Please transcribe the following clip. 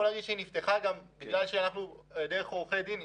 היא נפתחה דרך עורכי דין.